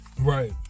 Right